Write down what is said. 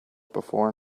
before